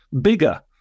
bigger